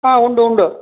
ஆ உண்டு உண்டு